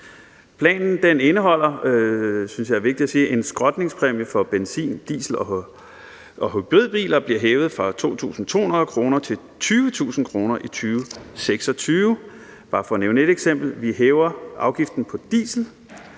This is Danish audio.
at sige – at skrotningspræmien for benzin, diesel, og hybridbiler bliver hævet fra 2.200 kr. til 20.000 kr. i 2026 – bare for at nævne et eksempel. Vi hæver afgiften på diesel